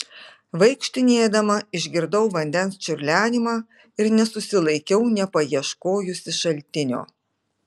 vaikštinėdama išgirdau vandens čiurlenimą ir nesusilaikiau nepaieškojusi šaltinio